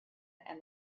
and